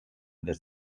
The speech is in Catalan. des